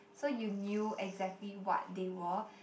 so you knew exactly what they were